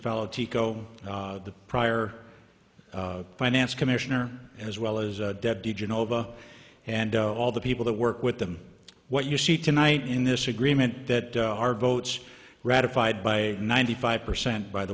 fellow teco the prior finance commissioner as well as dead digenova and all the people that work with them what you see tonight in this agreement that our votes ratified by ninety five percent by the